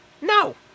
No